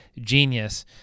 genius